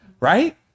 right